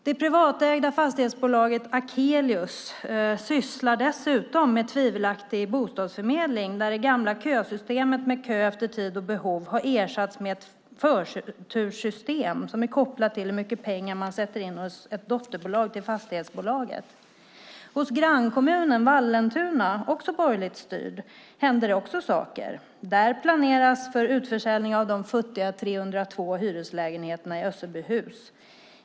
Det privatägda fastighetsbolaget Akelius sysslar dessutom med tvivelaktig bostadsförmedling, där det gamla kösystemet med kö efter tid och behov har ersatts av ett förturssystem som är kopplat till hur mycket pengar man sätter in i ett dotterbolag till fastighetsbolaget. I grannkommunen Vallentuna, också borgerligt styrd, händer det också saker. Där planeras för utförsäljning av de futtiga 302 hyreslägenheterna i Össebyhus.